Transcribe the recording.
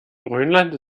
grönland